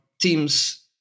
teams